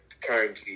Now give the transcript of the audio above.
Currently